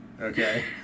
Okay